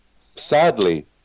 sadly